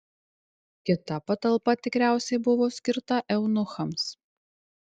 kita patalpa tikriausiai buvo skirta eunuchams